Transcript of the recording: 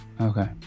Okay